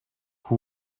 who